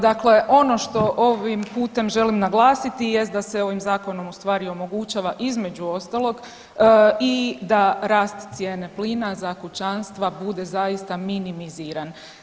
Dakle ono što ovim putem želim naglasiti jest da se ovim zakonom u stvari omogućava između ostalog i da rast cijene plina za kućanstva bude zaista minimiziran.